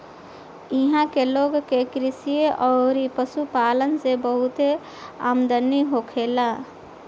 इहां के लोग के कृषि अउरी पशुपालन से बहुते आमदनी होखेला